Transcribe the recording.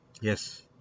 Yes